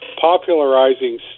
popularizing